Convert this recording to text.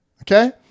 okay